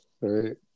Right